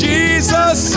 Jesus